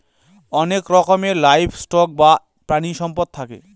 অনেক রকমের livestock বা প্রানীসম্পদ থাকে